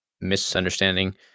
misunderstanding